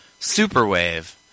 superwave